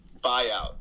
buyout